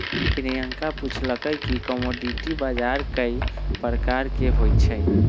प्रियंका पूछलई कि कमोडीटी बजार कै परकार के होई छई?